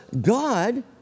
God